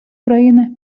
praeina